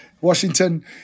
Washington